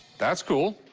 that's cool.